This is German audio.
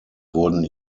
wurden